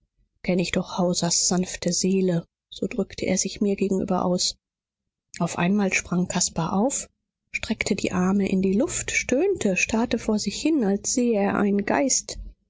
kenn ich doch hausers sanfte seele so drückte er sich mir gegenüber aus auf einmal sprang caspar auf streckte die arme in die luft stöhnte starrte vor sich hin als sehe er einen geist